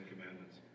Commandments